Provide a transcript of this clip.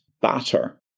batter